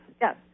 yes